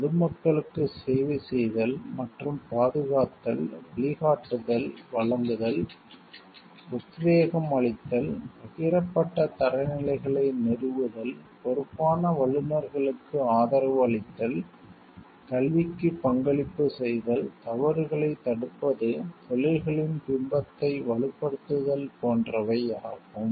பொதுமக்களுக்குச் சேவை செய்தல் மற்றும் பாதுகாத்தல் வழிகாட்டுதல் வழங்குதல் உத்வேகம் அளித்தல் பகிரப்பட்ட தரநிலைகளை நிறுவுதல் பொறுப்பான வல்லுநர்களுக்கு ஆதரவு அளித்தல் கல்விக்கு பங்களிப்பு செய்தல் தவறுகளைத் தடுப்பது தொழில்களின் பிம்பத்தை வலுப்படுத்துதல் போன்றவை ஆகும்